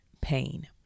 pain